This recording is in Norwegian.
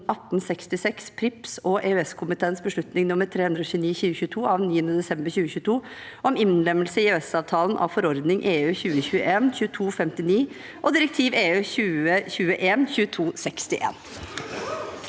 (PRIIPs) og EØS-komiteens beslutning nr. 329/2022 av 9. desember 2022 om innlemmelse i EØS-avtalen av forordning (EU) 2021/2259 og direktiv (EU) 2021/ 2261